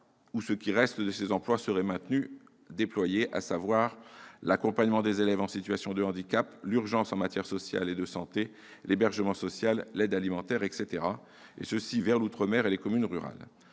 où ce qui reste de ces emplois serait désormais déployé, à savoir l'accompagnement des élèves en situation de handicap, l'urgence en matière sociale et de santé, notamment l'hébergement social et l'aide alimentaire, ceci en outre-mer et dans les communes rurales.